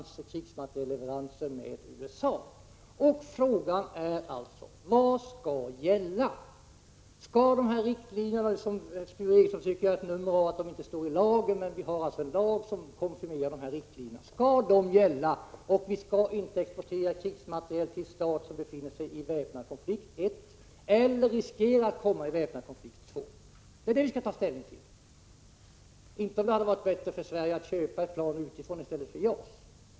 Skall de riktlinjer gälla om vilka Sture Ericson säger att det är bra att de inte står i lagen men som faktiskt konfirmeras i lagen? I så fall skall vi inte exportera krigsmateriel till stat som befinner sig i väpnad konflikt eller riskerar att komma i väpnad konflikt. Det är det vi skall ta ställning till, inte 9 om det hade varit bättre för Sverige att köpa ett plan utifrån i stället för att engagera sig i JAS-projektet.